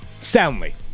soundly